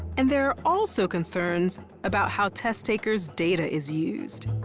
and there are also concerns about how test-takers' data is used.